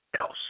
else